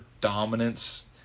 dominance